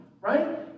Right